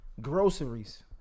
Groceries